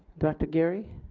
director geary.